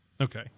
Okay